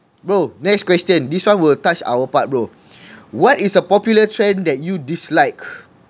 bro next question this one will touch our part bro what is a popular trend that you dislike